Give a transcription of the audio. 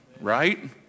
right